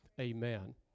amen